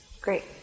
Great